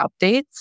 updates